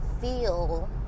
feel